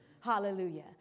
Hallelujah